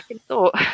thought